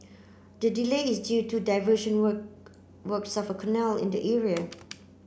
the delay is due to diversion work works of a canal in the area